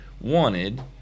wanted